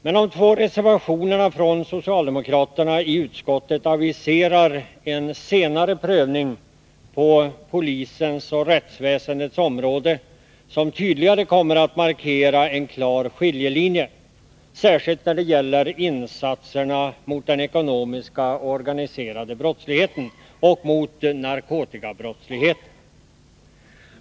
Men de två reservationerna från socialdemokraterna i utskottet aviserar en senare prövning på polisens och rättsväsendets område, som tydligare kommer att markera en klar skiljelinje, särskilt när det gäller insatserna mot den ekonomiska och organiserade brottsligheten och mot narkotikabrottsligheten.